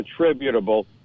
attributable